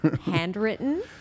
Handwritten